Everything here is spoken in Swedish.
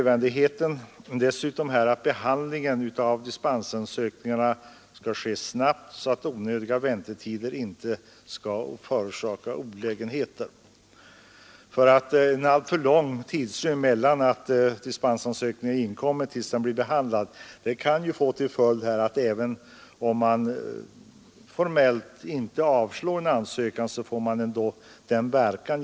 Vi har dessutom pekat på att behandlingen av dispensansökningarna måste vara snabb, så att onödiga väntetider inte skall förorsaka olägenheter. En alltför lång tidrymd mellan inlämnandet av en dispensansökan och behandlingen av denna kan, även om man inte formellt avslår ansökningen, få samma verkan.